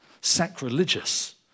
sacrilegious